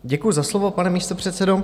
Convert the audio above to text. Děkuji za slovo, pane místopředsedo.